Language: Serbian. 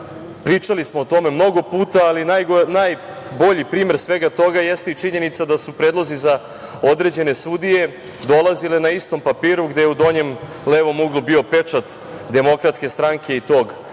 pričali smo o tome mnogo puta. Najbolji primer svega toga jeste i činjenica da su predlozi za određene sudije dolazile na istom papiru gde je u donjem levom uglu bio pečat DS i tog